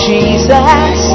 Jesus